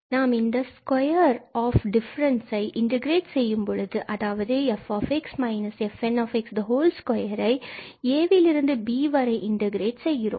நாம் இந்த square of டிஃபரன்ஸை இன்டகிரேட் செய்யும் பொழுது அதாவது |𝑓𝑥−𝑓𝑛𝑥|2ஐ இனி a லிருந்து b வரை இன்டகிரேட் செய்கிறோம்